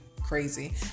crazy